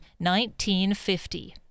1950